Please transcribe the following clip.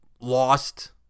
lost